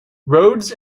roads